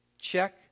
Check